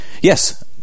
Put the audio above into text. Yes